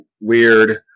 weird